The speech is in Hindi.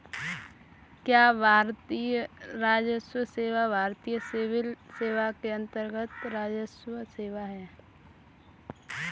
क्या भारतीय राजस्व सेवा भारतीय सिविल सेवा के अन्तर्गत्त राजस्व सेवा है?